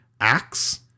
acts